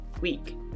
week